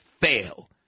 fail